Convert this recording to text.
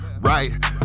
Right